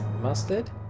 Mustard